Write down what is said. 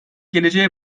geleceğe